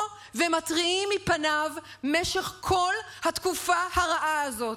ומתריעים מפניו במשך כל התקופה הרעה הזאת.